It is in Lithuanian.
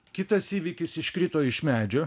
kitas įvykis iškrito iš medžio